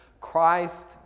Christ